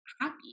happy